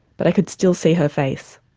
but i could still see her face.